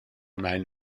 mhen